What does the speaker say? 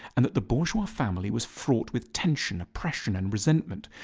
and that the bourgeois family was fraught with tension, oppression, and resentment,